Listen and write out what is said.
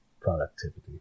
productivity